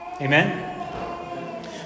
Amen